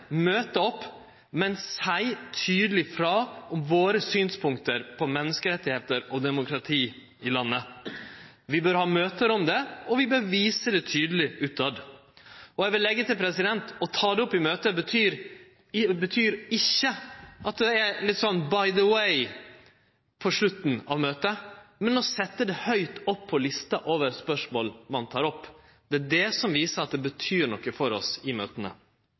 møte opp, men seie tydeleg frå om våre synspunkt på menneskerettar og demokrati i landet. Vi bør ha møte om det, og vi bør vise det tydeleg. Eg vil leggje til at å ta det opp i møte betyr ikkje at det er litt sånn «by the way» på slutten av møtet, men å setje det høgt opp på lista over spørsmål ein tek opp. Det er det som viser at det betyr noko for oss i